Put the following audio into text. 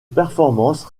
performance